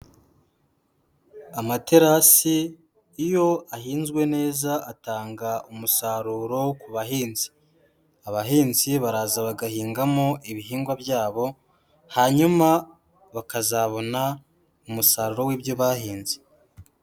Amaterasi iyo ahinzwe neza atanga umusaruro ku bahinzi, abahinzi baraza bagahingamo ibihingwa byabo hanyuma bakazabona umusaruro w'ibyo bahinze.